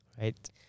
right